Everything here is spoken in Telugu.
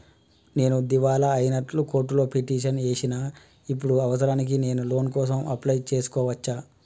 నేను దివాలా అయినట్లు కోర్టులో పిటిషన్ ఏశిన ఇప్పుడు అవసరానికి నేను లోన్ కోసం అప్లయ్ చేస్కోవచ్చా?